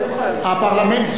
הפרלמנט-זוטא,